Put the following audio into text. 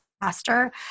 faster